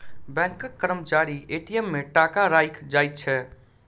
बैंकक कर्मचारी ए.टी.एम मे टाका राइख जाइत छै